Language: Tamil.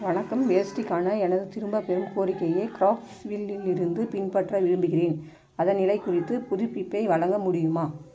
வணக்கம் வேஷ்டிக்கான எனது திரும்பப்பெறும் கோரிக்கையை கிராஃப்ட்ஸ்வில்லில் இலிருந்து பின்பற்ற விரும்புகிறேன் அதன் நிலைக் குறித்து புதுப்பிப்பை வழங்க முடியுமா